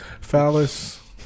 Phallus